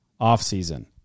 offseason